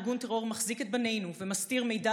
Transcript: ארגון טרור מחזיק את בנינו ומסתיר מידע